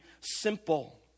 simple